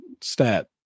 stat